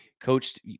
coached